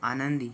आनंदी